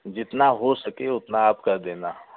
जितना हो सके उतना आप कर देना